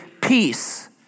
peace